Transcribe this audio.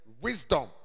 wisdom